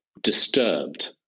disturbed